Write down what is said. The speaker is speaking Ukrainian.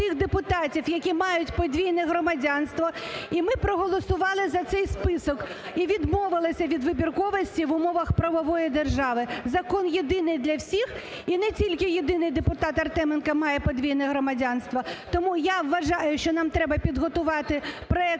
депутатів, які мають подвійне громадянство, і ми проголосували за цей список, відмовилися від вибірковості в умовах правової держави. Закон єдиний для всіх і не тільки єдиний депутат Артеменко має подвійне громадянство. Тому я вважаю, що нам треба підготувати проект